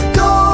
go